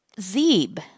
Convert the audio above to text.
Zeb